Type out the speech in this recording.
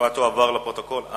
התשובה הועברה לפרוטוקול.